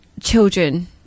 children